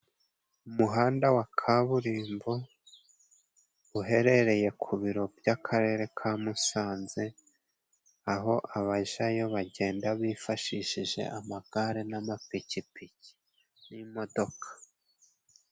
Umuhanda wa kaburimbo uherereye ku biro by'akarere ka Musanze, aho abajayo bagenda bifashishije amagare n'amapikipiki n'imodoka.